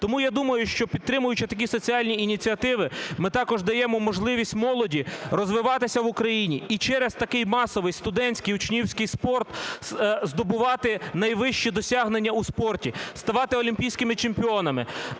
Тому я думаю, що підтримуючи такі соціальні ініціативи, ми також даємо можливість молоді розвиватися в Україні і через такий масовий студентський, учнівський спорт здобувати найвищі досягнення в спорті, ставати олімпійськими чемпіонами,